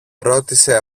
ρώτησε